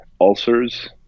ulcers